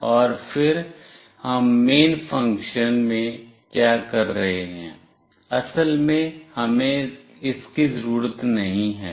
और फिर हम मेन फंक्शन में क्या कर रहे हैं असल में हमें इसकी ज़रूरत नहीं है